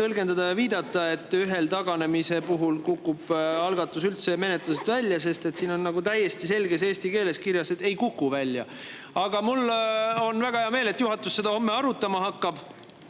tõlgendada ja viidata, et ühe [algataja] taganemise puhul kukub algatus üldse menetlusest välja. Siin on täiesti selges eesti keeles kirjas, et ei kuku välja. Aga mul on väga hea meel, et juhatus seda homme arutama hakkab,